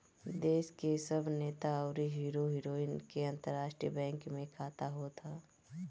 देस के सब नेता अउरी हीरो हीरोइन के अंतरराष्ट्रीय बैंक में खाता होत हअ